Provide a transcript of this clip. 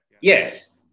Yes